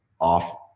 off